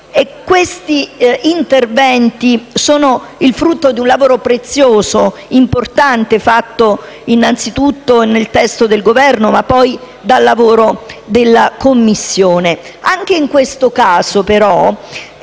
Questi interventi sono il frutto di un lavoro prezioso e importante fatto innanzitutto nel testo del Governo, ma poi dalla Commissione.